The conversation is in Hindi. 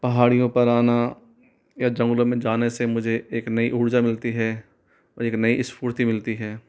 पहाड़ियों पर आना या जंगलों में जाने से मुझे एक नई ऊर्जा मिलती है और एक नई स्फूर्ती मिलती है